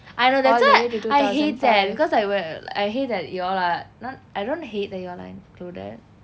I know that's why I hate them because I will I hate that you all are not I don't hate that you all are included